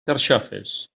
carxofes